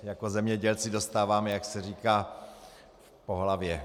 Jako zemědělci dostáváme, jak se říká, po hlavě.